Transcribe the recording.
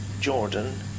Jordan